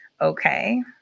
Okay